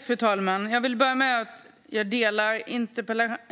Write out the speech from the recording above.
Fru talman! Jag vill börja med att säga att jag delar